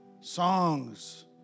songs